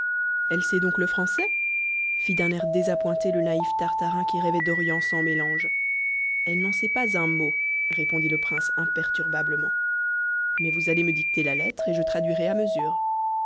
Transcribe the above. elle sait donc le français fit d'un air désappointé le naïf tartarin qui rêvait d'orient sans mélange elle n'en sait pas un mot répondit le prince imperturbablement mais vous allez me dicter la lettre et je traduirai à mesure